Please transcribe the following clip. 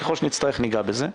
ככל שנצטרך ניגע בזה.